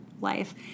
life